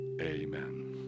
amen